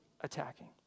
attacking